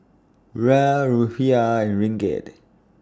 Riyal Rufiyaa and Ringgit